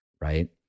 right